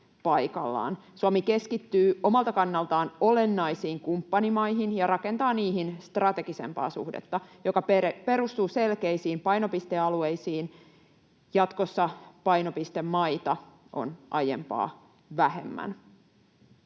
Suomi keskittyy omalta kannaltaan olennaisiin kumppanimaihin ja rakentaa niihin strategisempaa suhdetta, joka perustuu selkeisiin painopistealueisiin. Jatkossa painopistemaita on aiempaa vähemmän.